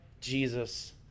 Jesus